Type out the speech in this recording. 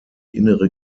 innere